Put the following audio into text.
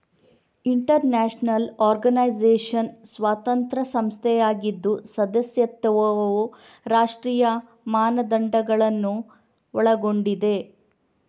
inter national organization ಸ್ವತಂತ್ರ ಸಂಸ್ಥೆಯಾಗಿದ್ದು ಸದಸ್ಯತ್ವವು ರಾಷ್ಟ್ರೀಯ ಮಾನದಂಡಗಳನ್ನು ಒಳಗೊಂಡಿದೆ